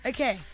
Okay